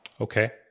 Okay